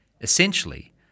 Essentially